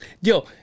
Yo